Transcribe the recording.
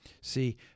See